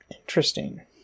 Interesting